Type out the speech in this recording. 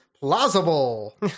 Plausible